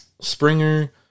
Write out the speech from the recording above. Springer